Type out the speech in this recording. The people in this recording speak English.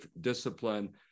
discipline